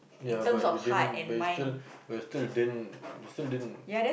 ya but you didn't but you still but you still didn't you still didn't